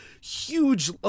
huge